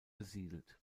besiedelt